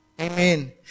Amen